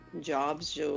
jobs